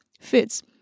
fits